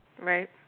Right